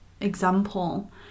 example